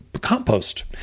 compost